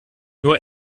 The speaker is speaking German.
nur